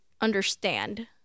understand